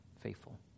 faithful